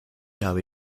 habe